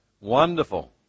Wonderful